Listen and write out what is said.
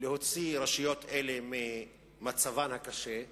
להוציא את הרשויות האלה ממצבן הקשה,